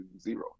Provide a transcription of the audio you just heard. zero